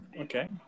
Okay